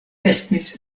estis